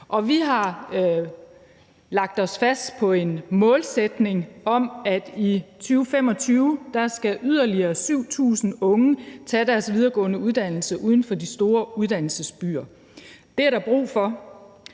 Vi har lagt os fast på en målsætning om, at i 2025 skal yderligere 7.000 unge tage deres videregående uddannelse uden for de store uddannelsesbyer. Det er der brug for.